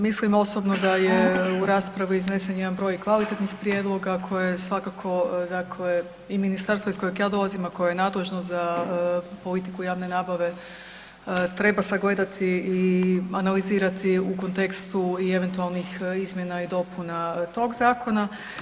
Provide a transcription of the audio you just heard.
Mislim osobno da je u raspravi iznesen jedan broj kvalitetnih prijedloga koje svakako dakle i ministarstvo iz kojeg ja dolazim, a koje je nadležno za politiku javne nabave treba sagledati i analizirati u kontekstu i eventualnih izmjena i dopuna tog zakona.